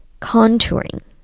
contouring